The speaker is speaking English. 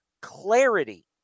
clarity